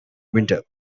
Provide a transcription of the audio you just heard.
winter